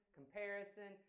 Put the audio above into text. comparison